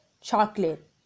chocolate